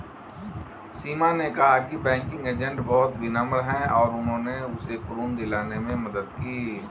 सीमा ने कहा कि बैंकिंग एजेंट बहुत विनम्र हैं और उन्होंने उसे ऋण दिलाने में मदद की